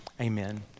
amen